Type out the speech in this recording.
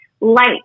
light